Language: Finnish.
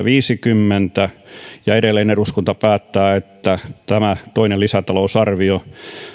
viisikymmentä ja edelleen eduskunta päättää että tämä toinen lisätalousarvio